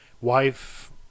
wife